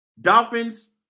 Dolphins